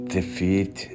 Defeat